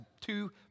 two